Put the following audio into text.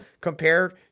compared